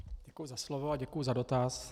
Děkuji za slovo a děkuji za dotaz.